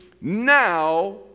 now